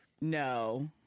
No